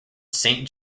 saint